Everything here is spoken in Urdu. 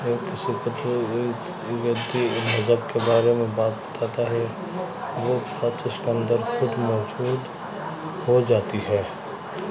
کسی کچھ مذہب کے بارے میں بات بتاتا ہے وہ اس کے اندر خود موجود ہو جاتی ہے